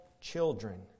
children